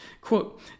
Quote